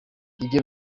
ibyo